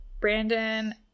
Brandon